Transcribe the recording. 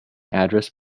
address